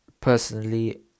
personally